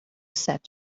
set